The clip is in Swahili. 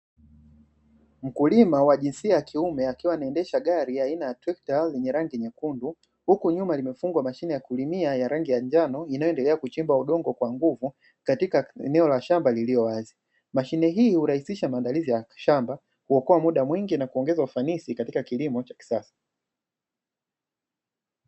Mkulima wa jinsia ya kiume akiwa anaendesha gari aina ya trekta lenye rangi nyekundu, huku nyuma limefungwa mashine ya kulimia ya rangi ya njano, inayoendelea kuchimba udongo kwa nguvu katika eneo la shamba lililo wazi. Mashine hii hurahisisha maandalizi ya shamba, huokoa muda mwingi na kuongeza ufanisi katika kilimo cha kisasa.